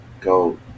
go